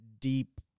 deep